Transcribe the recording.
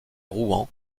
rouen